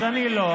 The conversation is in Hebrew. אז אני לא.